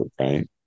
right